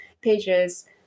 pages